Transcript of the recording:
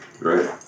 right